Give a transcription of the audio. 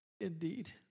indeed